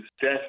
death